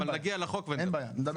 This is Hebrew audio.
נגיע להצעת החוק ונדבר.